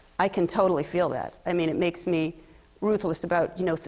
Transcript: i can totally feel that. i mean, it makes me ruthless about you know,